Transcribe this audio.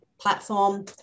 platform